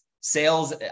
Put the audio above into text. sales